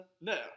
No